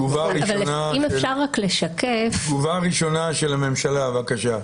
תגובה ראשונה של הממשלה, בבקשה.